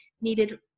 needed